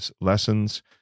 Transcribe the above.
lessons